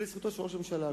ולזכותו של ראש הממשלה הקודם,